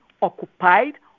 occupied